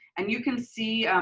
and you can see,